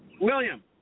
William